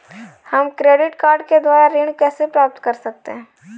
हम credit card के द्वारा ऋण कैसे प्राप्त कर सकते हैं?